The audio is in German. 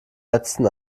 letzten